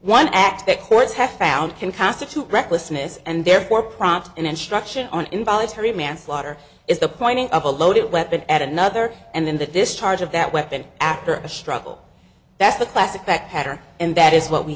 one act that courts have found can constitute recklessness and therefore prompt an instruction on involuntary manslaughter is the pointing up a loaded weapon at another and then that this charge of that weapon after a struggle that's the classic back pattern and that is what we